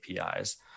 APIs